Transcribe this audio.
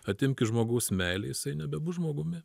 atimk iš žmogaus meilę jisai nebebus žmogumi